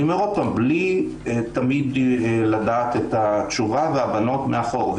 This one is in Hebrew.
אני אומר עוד פעם: בלי תמיד לדעת את התשובה והבנות מאחור.